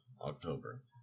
October